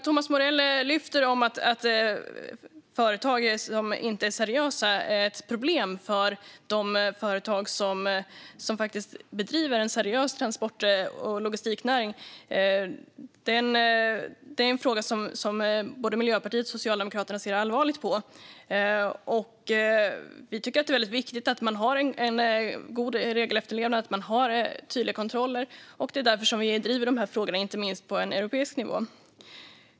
Thomas Morell lyfter fram att företag som inte är seriösa är ett problem för de företag som faktiskt bedriver en seriös transport och logistiknäring. Det är en fråga som både Miljöpartiet och Socialdemokraterna ser allvarligt på. Vi tycker att det är mycket viktigt att man har en god regelefterlevnad och att man har tydliga kontroller. Det är därför som vi driver dessa frågor, inte minst på europeisk nivå.